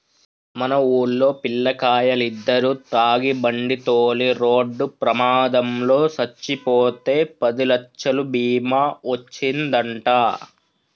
మన వూల్లో పిల్లకాయలిద్దరు తాగి బండితోలి రోడ్డు ప్రమాదంలో సచ్చిపోతే పదిలచ్చలు బీమా ఒచ్చిందంట